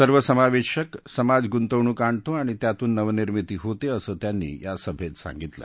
सर्वसमावेशक समाज गुंतवणूक आणतो आणि त्यातून नवनिर्मिती होते असं त्यांनी या सभेत सांगितलं